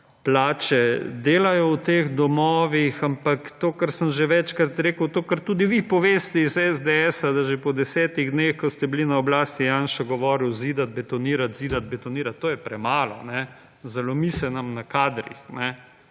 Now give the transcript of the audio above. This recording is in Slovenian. plače delajo v teh domovih, ampak to, kar sem že večkrat rekel, to kar tudi vi poveste iz SDS,da že po 10 dneh, ko ste bili na oblasti je Janša govoril zidati, betonirati, zidati, betonirati. To je premalo. Zalomi se nam na kadrih.